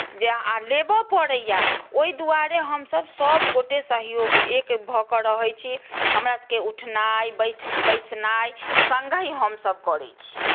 जे आ लेबऽ पड़ैए ओहि द्वारे हमसभ सभगोटए सहयोग एक भऽ कऽ रहैत छी हमरासभकेँ उठनाइ बैठ बैसनाइ सङ्गहि हमसभ करैत छी